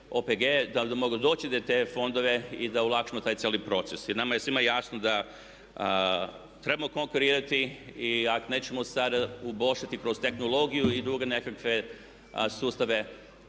da mogu doći u te fondove i da olakšamo taj cijeli proces. Nama je svima jasno da trebamo konkurirati i ako nećemo sada kroz tehnologiju i druge nekakve sustave